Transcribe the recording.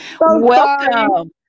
Welcome